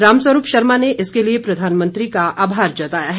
रामस्वरूप शर्मा ने इसके लिए प्रधानमंत्री का आभार जताया है